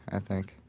i think.